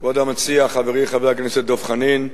כבוד המציע, חברי חבר הכנסת דב חנין,